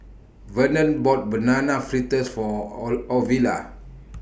Vernon bought Banana Fritters For All Ovila